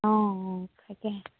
অঁ তাকেহে